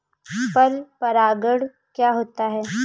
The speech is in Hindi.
पर परागण क्या होता है?